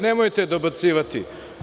Nemojte dobacivati.